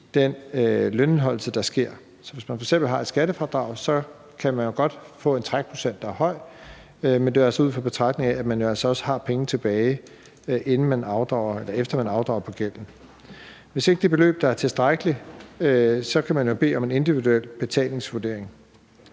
den lønindeholdelse, der sker, så hvis man f.eks. har et skattefradrag, kan man jo godt få en trækprocent, der er høj, men det er altså ud fra en betragtning om, at man jo altså også har penge tilbage, efter man har afdraget på gælden. Hvis ikke det beløb er tilstrækkeligt, kan man jo bede om en individuel betalingsevnevurdering.